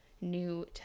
New